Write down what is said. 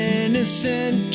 innocent